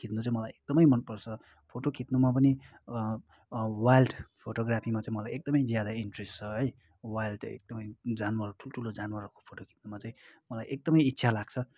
खिच्न चाहिँ मलाई एकदमै मनपर्छ फोटो खिच्नुमा पनि वाइल्ड फोटोग्राफीमा चाहिँ मलाई एकदमै ज्यादा इन्ट्रेस छ है वाइल्ड एकदमै जनावर ठुल्ठुलो जनावरको फोटो खिच्नुमा चाहिँ मलाई एकदमै इच्छा लाग्छ